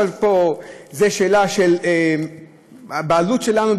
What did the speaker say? אז פה זאת שאלה של הבעלות שלנו,